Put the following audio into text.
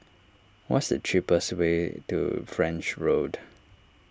what is the cheapest way to French Road